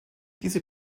diese